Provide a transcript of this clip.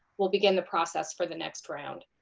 we'll begin the process for the next round.